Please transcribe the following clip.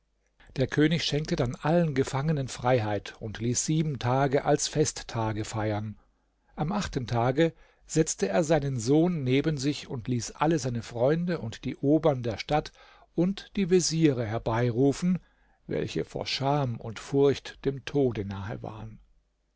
der könig schenkte dann allen gefangenen freiheit und ließ sieben tage als festtage feiern am achten tage setzte er seinen sohn neben sich und ließ alle seine freunde und die obern der stadt und die veziere herbeirufen welche vor scham und furcht dem tode nahe waren